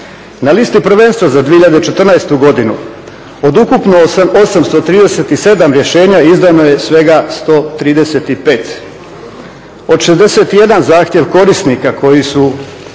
Na listi prvenstva za 2014. godinu od ukupno 837 rješenja izdano je svega 135. Od 61 zahtjev korisnika koji su